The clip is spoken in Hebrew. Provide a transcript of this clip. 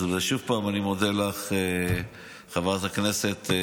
אז עוד פעם אני מודה לך, חברת הכנסת תמנו,